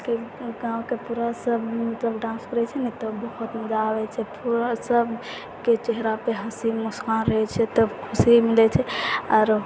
गाँवके पूरा सब मिल कऽ सब डांस करै छै न तऽ बहुत मजा आबै छै पूरा सब केओ चेहरा पर हँसी मुस्कान रहै छै तऽ खुशी मिलै छै आरो